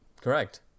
correct